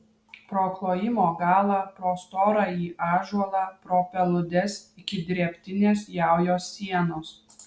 pro klojimo galą pro storąjį ąžuolą pro peludes iki drėbtinės jaujos sienos